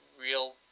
real